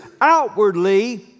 Outwardly